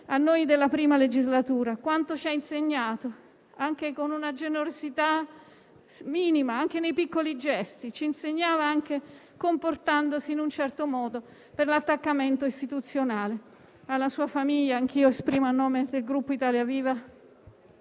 nostra prima legislatura; quanto ci ha insegnato, anche con una generosità minima, anche nei piccoli gesti, anche comportandosi in un certo modo, per l'attaccamento istituzionale. Alla sua famiglia anch'io esprimo, a nome del Gruppo Italia Viva,